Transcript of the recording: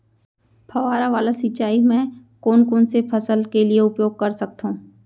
फवारा वाला सिंचाई मैं कोन कोन से फसल के लिए उपयोग कर सकथो?